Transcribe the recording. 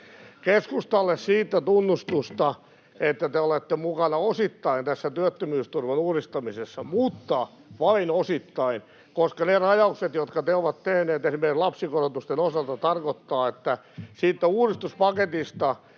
Keskustalle siitä tunnustusta, että te olette mukana osittain tässä työttömyysturvan uudistamisessa, mutta vain osittain, koska ne rajaukset, jotka te olette tehneet esimerkiksi lapsikorotusten osalta, tarkoittavat, että siitä uudistuspaketista,